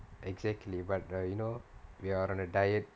exactly but err you know we are on a diet